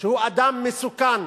שהוא אדם מסוכן.